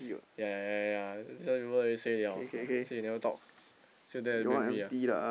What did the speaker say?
yeah yeah yeah yeah some people they say yeah say you never talk still dare to make me ah